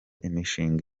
imishinga